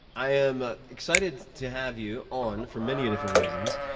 i am excited to have you on for many different reasons,